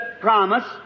promise